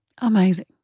Amazing